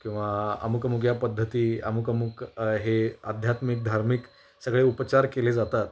किंवा अमूक अमूक या पद्धती अमुक अमूक हे आध्यात्मिक धार्मिक सगळे उपचार केले जातात